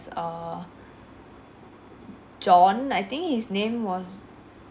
err john I think his name was